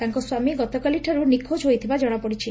ତାଙ୍କ ସ୍ୱାମୀ ଗତକାଲିଠାରୁ ନିଖୋଜ ହୋଇଥିବା ଜଣାପଡିଛି